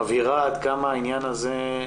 מבהירה עד כמה העניין הזה,